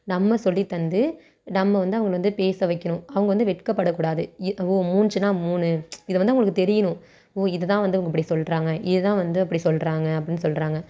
நம்ம சொல்லி தந்து நம்ம வந்து அவர்கள வந்து பேச வைக்கணும் அவங்க வந்து வெட்கப்படக்கூடாது இது ஓ மூன்றுனால் மூணு இதை வந்து அவர்களுக்கு தெரியணும் ஓ இதுதான் வந்து அவங்க அப்படி சொல்கிறாங்க இததான் வந்து அப்படி சொல்கிறாங்க அப்டின்நு சொல்கிறாங்க